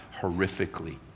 horrifically